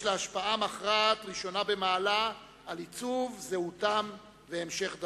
יש לה השפעה מכרעת ראשונה במעלה על עיצוב זהותם והמשך דרכם.